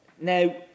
Now